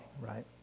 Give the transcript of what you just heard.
right